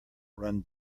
run